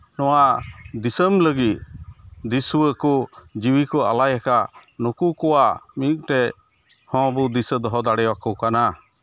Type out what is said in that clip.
ᱱᱚᱣᱟ ᱫᱤᱥᱟᱹᱢ ᱞᱟᱹᱜᱤᱫ ᱫᱤᱥᱩᱣᱟᱹ ᱠᱚ ᱡᱤᱣᱤ ᱠᱚ ᱟᱞᱟᱭᱟᱠᱟᱫ ᱱᱩᱠᱩ ᱠᱚᱣᱟᱜ ᱢᱤᱫᱴᱮᱡ ᱦᱚᱸᱵᱚ ᱫᱤᱥᱟᱹ ᱫᱚᱦᱚ ᱫᱟᱲᱮᱭᱟᱠᱚ ᱠᱟᱱᱟ